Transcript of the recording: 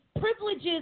privileges